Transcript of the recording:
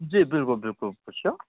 जी बिल्कुल बिल्कुल पुछिऔ